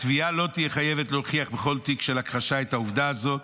התביעה לא תהיה חייבת להוכיח בכל תיק של הכחשה את העובדה הזאת.